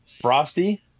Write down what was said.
frosty